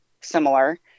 similar